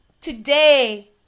today